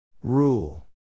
Rule